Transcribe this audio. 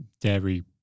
dairy